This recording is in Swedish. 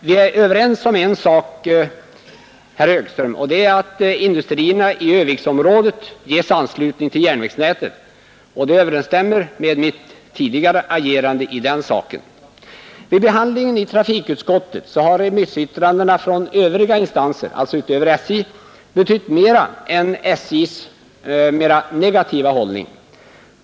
Vi är överens om en sak, herr Högström, nämligen att industrierna i Örnsköldsvikområdet bör ges anslutning till järnvägsnätet, och det överensstämmer med mitt tidigare agerande i den frågan. Vid behandlingen i trafikutskottet har remissyttrandena från övriga instanser — alltså andra än SJ — betytt mer än SJ:s mer negativa hållning.